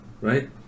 right